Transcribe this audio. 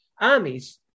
armies